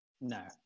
No